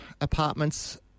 apartments